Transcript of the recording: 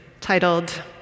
titled